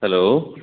hello